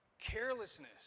carelessness